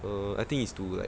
err I think is to like